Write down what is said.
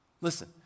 Listen